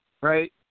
right